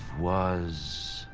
was